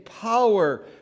power